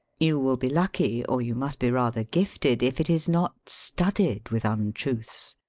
you will be lucky, or you must be rather gifted, if it is not studded with un truths.